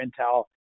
intel